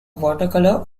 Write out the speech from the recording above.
watercolour